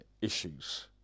issues